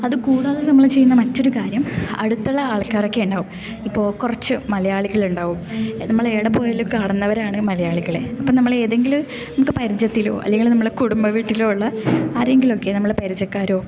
അതുകൂടാതെ നമ്മള് ചെയ്യുന്ന മറ്റൊരു കാര്യം അടുത്തുള്ള ആൾക്കാരൊക്കെ ഉണ്ടാകും ഇപ്പോൾ കുറച്ച് മലയാളികളുണ്ടാകും നമ്മള് എവിടെപ്പോയാലും കാണുന്നവരാണ് ഈ മലയാളികളെ ഇപ്പം നമ്മള് ഏതെങ്കില് നമുക്ക് പരിചയത്തിലോ അല്ലങ്കില് നമ്മുടെ കുടുംബ വീട്ടിലോ ഉള്ള ആരെങ്കിലുമൊക്കെ നമ്മുടെ പരിചയക്കാരോ